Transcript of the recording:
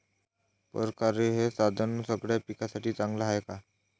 परकारं हे साधन सगळ्या पिकासाठी चांगलं हाये का?